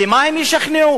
במה הם ישכנעו?